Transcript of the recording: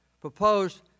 proposed